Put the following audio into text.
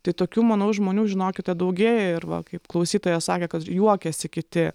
tai tokių manau žmonių žinokite daugėja ir va kaip klausytoja sakė kad juokiasi kiti